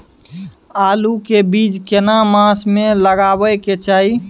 आलू के बीज केना मास में लगाबै के चाही?